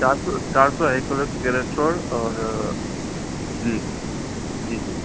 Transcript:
چار سو چار سو ایکلو کیرسٹور اور جی جی جی